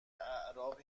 اعراب